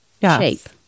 shape